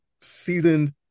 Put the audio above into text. seasoned